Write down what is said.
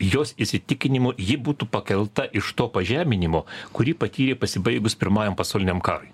jos įsitikinimu ji būtų pakelta iš to pažeminimo kurį patyrė pasibaigus pirmajam pasauliniam karui